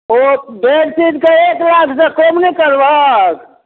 ओ bed सेटके एक लाखसँ कम नहि करबहक